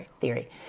theory